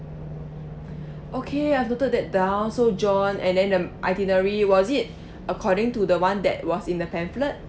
okay I've noted that down so john and then the itinerary was it according to the one that was in the pamphlet